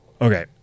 okay